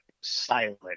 silent